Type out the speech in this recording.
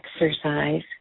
exercise